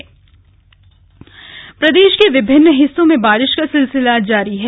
मौसम प्रदेश के विभिन्न हिस्सों में बारिश का सिलसिला जारी है